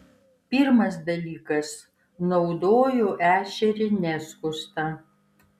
pirmas dalykas naudoju ešerį neskustą